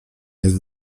jest